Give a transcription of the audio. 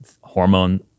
hormone